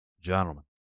gentlemen